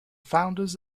founders